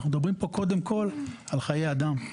אנחנו מדברים כאן קודם כל על חיי אדם.